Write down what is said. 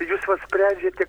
jūs vat sprendžiate